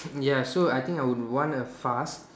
ya so I think I would want a fast